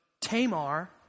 Tamar